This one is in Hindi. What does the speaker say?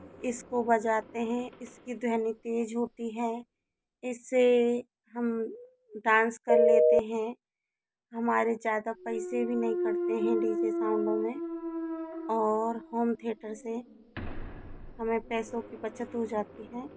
इसको बजाते हैं इसकी ध्वनि तेज़ होती है इस से हम डांस कर लेते हैं हमारे ज़्यादाा पैसे भी नहीं कटते हैं डी जे साउंडों में और होम थेटर से हमें पैसों की बचत हो जाती है